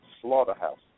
slaughterhouse